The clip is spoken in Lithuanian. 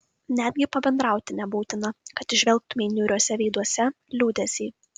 netgi pabendrauti nebūtina kad įžvelgtumei niūriuose veiduose liūdesį